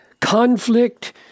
conflict